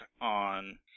on